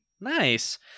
Nice